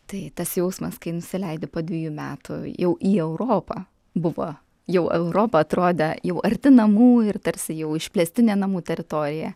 tai tas jausmas kai nusileidi po dvejų metų jau į europą buvo jau europa atrodė jau arti namų ir tarsi jau išplėstinė namų teritorija